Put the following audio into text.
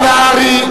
השר נהרי.